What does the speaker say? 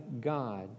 God